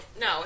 No